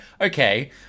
okay